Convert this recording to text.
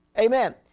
Amen